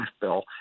Bill